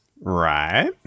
Right